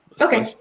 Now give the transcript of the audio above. Okay